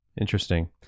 Interesting